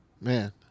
Man